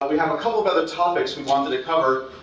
ah we have a couple of other topics we wanted to cover.